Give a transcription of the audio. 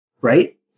right